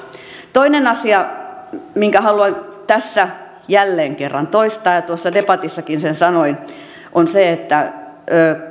toinen asia minkä haluan tässä jälleen kerran toistaa ja tuossa debatissakin sen sanoin on se että